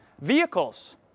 Vehicles